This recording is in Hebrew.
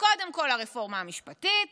קודם כול הרפורמה המשפטית